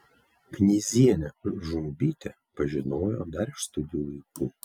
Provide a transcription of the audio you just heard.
knyzienę žumbytė pažinojo dar iš studijų laikų